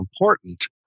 important